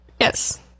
yes